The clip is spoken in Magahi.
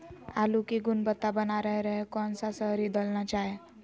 आलू की गुनबता बना रहे रहे कौन सा शहरी दलना चाये?